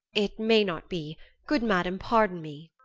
it may not be good madam, pardon me.